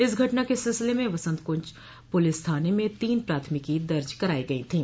इस घटना के सिलसिले में वसंतकुंज पुलिस थाने में तीन प्राथमिकी दर्ज कराई गई थीं